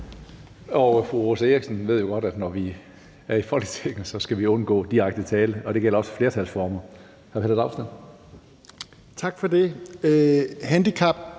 Fru Rosa Eriksen ved godt, at når vi er i Folketinget, skal vi undgå direkte tiltale. Det gælder også flertalsformer. Hr. Pelle